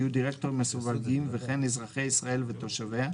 יהיו דירקטורים מסווגים וכן אזרחי ישראל ותושביה,